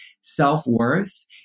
self-worth